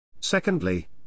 Secondly